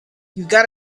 got